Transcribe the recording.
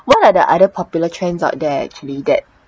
what are the other popular trends out there actually that